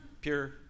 pure